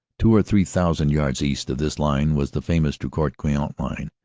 two or three thousand yards east of this line was the famous drocourt-queant line,